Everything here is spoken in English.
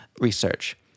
research